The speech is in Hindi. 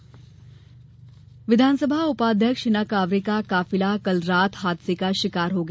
दर्घटना हिना विधानसभा उपाध्यक्ष हिना कांवरे का काफिला कल रात हादसे का शिकार हो गया